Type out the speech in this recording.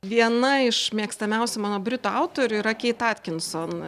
viena iš mėgstamiausių mano britų autorių yra keit atkinson